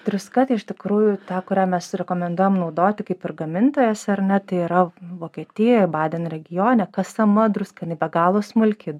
druska tai iš tikrųjų ta kurią mes rekomenduojam naudoti kaip ir gamintojas ar ne tai yra vokietijoj baden regione kasama druska be galo smulki